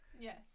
Yes